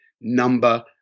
number